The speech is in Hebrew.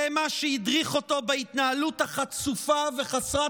זה מה שהדריך אותו בהתנהלות החצופה וחסרת